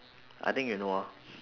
I think you know ah